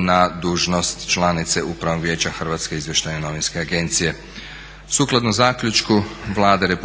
na dužnost članice Upravnog vijeća Hrvatske izvještajno novinske agencije. Sukladno zaključku Vlade RH